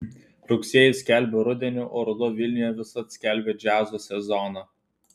rugsėjis skelbia rudenį o ruduo vilniuje visad skelbia džiazo sezoną